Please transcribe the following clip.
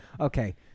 Okay